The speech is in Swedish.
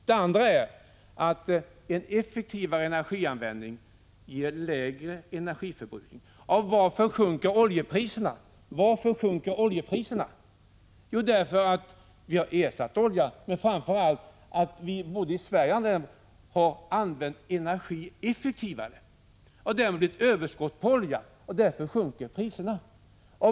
Den andra orsaken är att en effektivare energianvändning ger lägre energiförbrukning. Varför sjunker oljepriserna? Jo, därför att vi har ersatt oljan med annat, men framför allt därför att vi både i Sverige och i andra länder har använt energi effektivare. Därmed har det blivit överskott på olja och priserna sjunker.